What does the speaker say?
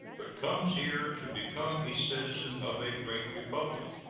but comes here to become a citizen of a great republic,